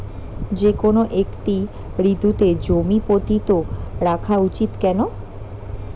যেকোনো একটি ঋতুতে জমি পতিত রাখা উচিৎ কেন?